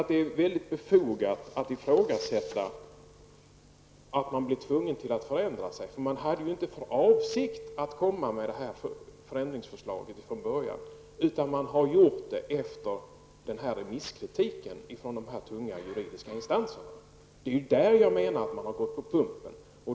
Det är mycket befogat att i frågasätta att regeringen blev tvungen att ändra sig. Man hade inte för avsikt att komma med förändringsförslaget från början, utan man har gjort det efter remisskritiken från de tunga juridiska instanserna. Det är där jag menar att man har ''gått på pumpen''.